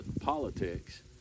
politics